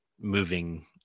moving